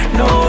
no